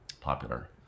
popular